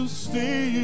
stay